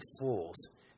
fools